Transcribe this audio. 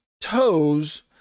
toes